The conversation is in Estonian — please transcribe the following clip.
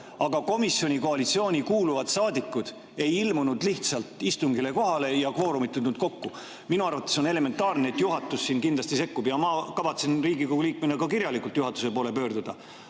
aga komisjoni koalitsiooni kuuluvad saadikud ei ilmunud istungile lihtsalt kohale ja kvoorumit ei tulnud kokku. Minu arvates on elementaarne, et juhatus siin kindlasti sekkub, ja ma kavatsen Riigikogu liikmena kirjalikult juhatuse poole pöörduda.